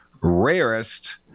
rarest